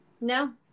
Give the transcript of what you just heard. No